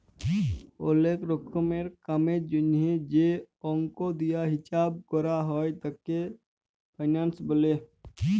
ওলেক রকমের কামের জনহে যে অল্ক দিয়া হিচ্চাব ক্যরা হ্যয় তাকে ফিন্যান্স ব্যলে